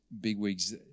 bigwigs